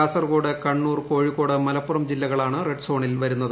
കാസർകോട് കണ്ണൂർ കോഴിക്കോട് മലപ്പുറം ജില്ലകളാണ് റെഡ് സോണിൽ വരുന്നത്